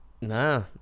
Nah